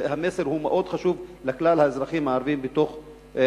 המסר הוא מאוד חשוב לכלל האזרחים הערבים במדינה,